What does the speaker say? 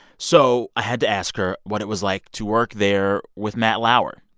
so i had to ask her what it was like to work there with matt lauer.